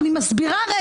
אני מסבירה.